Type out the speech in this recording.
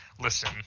Listen